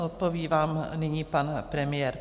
Odpoví vám nyní pan premiér.